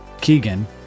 Keegan